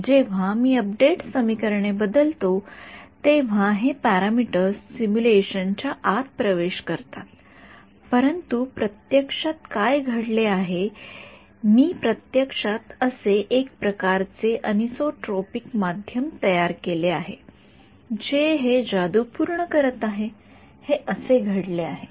जेव्हा मी अपडेट समीकरणे बदलतो तेव्हा हे पॅरामीटर्स सिम्युलेशन च्या आत प्रवेश करतात परंतु प्रत्यक्षात काय घडले आहे मी प्रत्यक्षात असे एक प्रकारचे एनिसोट्रॉपिक माध्यम तयार केले आहे जे हे जादू पूर्ण करीत आहे हे असे घडले आहे